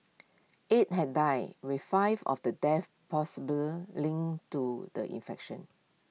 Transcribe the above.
eight have died with five of the deaths possibly linked to the infection